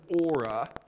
aura